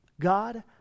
God